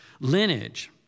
lineage